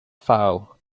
foul